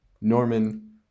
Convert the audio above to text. Norman